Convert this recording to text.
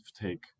take